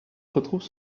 retrouve